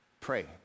Pray